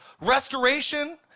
restoration